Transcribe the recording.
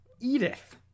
Edith